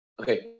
Okay